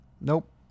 Nope